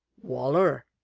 wal'r!